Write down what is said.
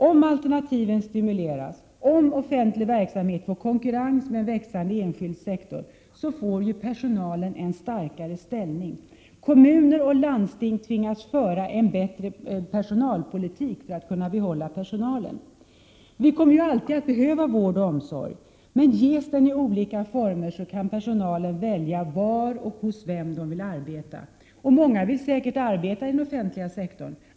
Om alternativen stimuleras, om offentlig verksamhet får konkurrens med en växande enskild sektor, så får ju personalen en starkare ställning. Kommuner och landsting tvingas föra en bättre personalpolitik för att kunna behålla personalen. Vi kommer alltid att behöva vård och omsorg. Ges den i olika former, kan personalen välja var och hos vem de vill arbeta. Många vill säkert arbeta i den offentliga sektorn.